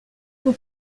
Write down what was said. vous